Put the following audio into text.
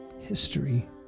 history